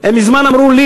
מזמן אמרו לי,